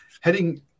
Heading